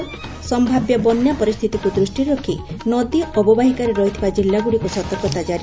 ସ୍ୟାବ୍ୟ ବନ୍ୟା ପରିସ୍ଚିତିକୁ ଦୃଷିରେ ରଖ୍ ନଦୀ ଅବବାହିକାରେ ରହିଥିବା ଜିଲ୍ଲାଗୁଡ଼ିକୁ ସତର୍କତା ଜାରି